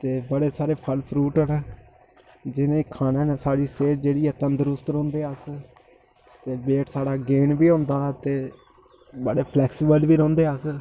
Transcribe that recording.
ते बड़े सारे फल फरूट न जि'नें खाने ने साढ़ी सेह्त जेह्ड़ी ऐ तन्दरुस्त रौह्ने अस ते वेट साढ़ा गेन बी होंदा ते बड़े फ्लेक्सीबल बी रौंह्दे अस